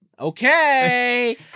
Okay